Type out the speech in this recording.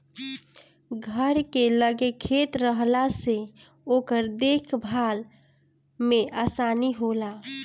घर के लगे खेत रहला से ओकर देख भाल में आसानी होला